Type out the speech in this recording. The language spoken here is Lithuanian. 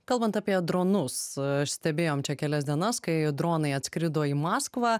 kalbant apie dronus stebėjom čia kelias dienas kai dronai atskrido į maskvą